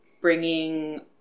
bringing